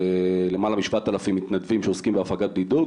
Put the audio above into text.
למעלה משבעת אלפים מתנדבים שעוסקים בהפגת בידוד,